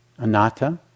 anatta